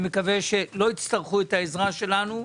אני מקווה שלא יצטרכו את העזרה שלנו.